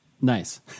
Nice